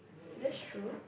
that's true